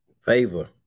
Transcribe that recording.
Favor